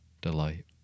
Delight